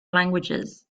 languages